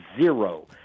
zero